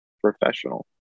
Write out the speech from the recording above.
professional